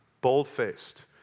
bold-faced